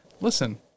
listen